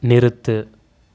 நிறுத்து